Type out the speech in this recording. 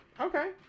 Okay